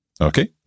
Okay